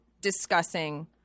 discussing